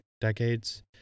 decades